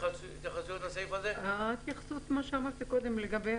ההתייחסות כמו שאמרתי קודם, לגבי